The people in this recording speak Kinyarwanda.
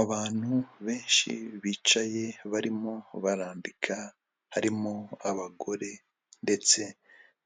Abantu benshi bicaye barimo barandika harimo abagore, ndetse